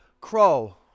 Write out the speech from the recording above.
Crow